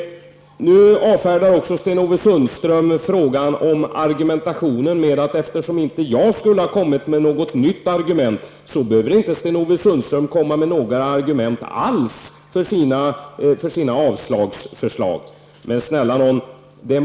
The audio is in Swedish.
Nu avfärdar Sten-Ove Sundström även frågan om argumentationen genom att säga till mig att eftersom jag inte har kommit med något nytt argument så behöver Sten-Ove Sundström inte komma med några argument alls för sina avslagsyrkanden.